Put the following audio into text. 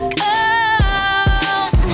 come